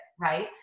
right